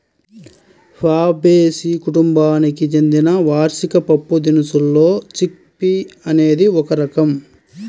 Fabaceae కుటుంబానికి చెందిన వార్షిక పప్పుదినుసుల్లో చిక్ పీ అనేది ఒక రకం